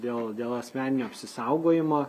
dėl dėl asmeninio apsisaugojimo